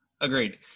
agreed